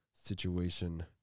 situation